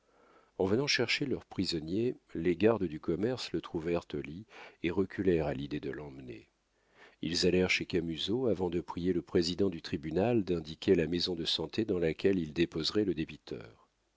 en venant chercher leur prisonnier les gardes du commerce le trouvèrent au lit et reculèrent à l'idée de l'emmener ils allèrent chez camusot avant de prier le président du tribunal d'indiquer la maison de santé dans laquelle ils déposeraient le débiteur